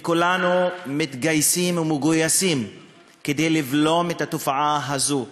וכולנו מתגייסים ומגויסים כדי לבלום את התופעה הזו.